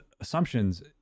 Assumptions